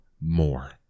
more